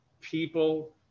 people